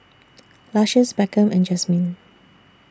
Lucious Beckham and Jasmin